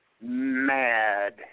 mad